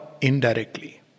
indirectly